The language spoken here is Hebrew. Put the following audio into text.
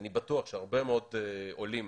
שאני בטוח שהרבה מאוד עולים